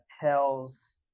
tells